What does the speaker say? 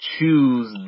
Choose